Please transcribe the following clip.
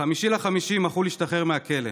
ב-5 במאי מח'ול השתחרר מהכלא.